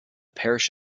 parish